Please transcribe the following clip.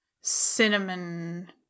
cinnamon